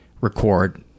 record